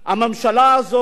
הממשלה הזאת